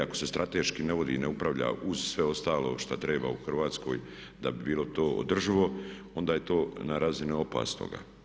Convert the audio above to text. Ako se strateški ne vodi, ne upravlja uz sve ostalo šta treba u Hrvatskoj da bi bilo to održivo onda je to na razini opasnoga.